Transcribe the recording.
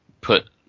put